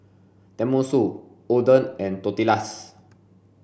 Tenmusu Oden and Tortillas